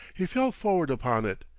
he fell forward upon it,